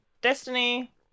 Destiny